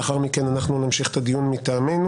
לאחר מכן אנחנו נמשיך את הדיון מטעמנו.